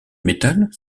métal